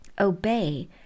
obey